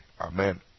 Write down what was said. Amen